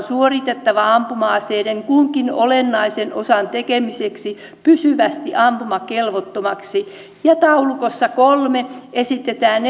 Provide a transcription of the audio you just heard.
suoritettava ampuma aseiden kunkin olennaisen osan tekemiseksi pysyvästi ampumakelvottomaksi ja taulukossa kolmeen esitetään